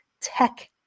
tech